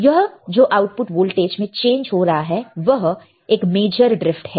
यह जो output voltage में चेंज हो रहा है वह एक मेजर ड्रिफ्ट है